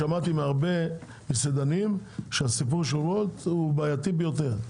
שמעתי מהרבה מסעדנים שהסיפור של וולט הוא בעייתי ביותר.